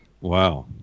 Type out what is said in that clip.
Wow